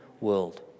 world